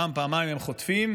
פעם-פעמיים הן חוטפות,